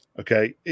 Okay